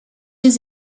les